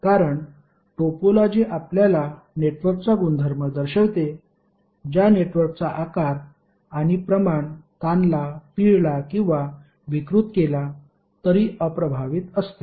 कारण टोपोलॉजी आपल्याला नेटवर्कचा गुणधर्म दर्शविते ज्या नेटवर्कचा आकार आणि प्रमाण ताणला पिळला किंवा विकृत केला तरी अप्रभावित असते